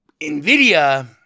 NVIDIA